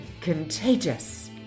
contagious